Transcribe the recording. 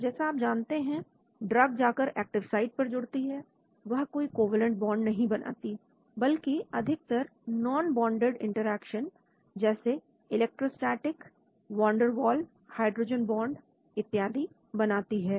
तो जैसा आप जानते हैं ड्रग जाकर एक्टिव साइट पर जुड़ती है वह कोई कोवैलेंट बांड नहीं बनाती बल्कि अधिकतर नॉनबोंडेड इंटरेक्शन जैसे electrostatic van der Waals hydrogen bond इत्यादि बनाती है